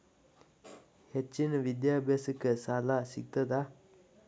ಹೆಚ್ಚಿನ ವಿದ್ಯಾಭ್ಯಾಸಕ್ಕ ಸಾಲಾ ಸಿಗ್ತದಾ?